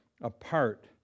apart